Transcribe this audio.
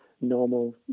normal